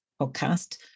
podcast